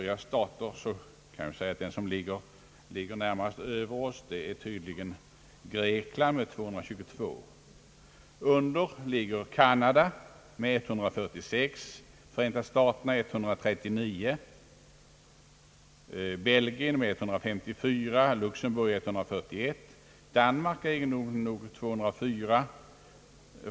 Grekland ligger närmast över oss med 222. Under oss ligger Kanada med 146, Förenta staterna 139, Belgien 154, Luxemburg 141, Norge 205 och Danmark med 204.